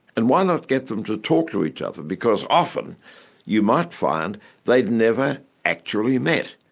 and why not get them to talk to each other, because often you might find they'd never actually met,